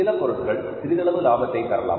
சில பொருட்கள் சிறிதளவு லாபத்தை தரலாம்